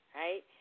right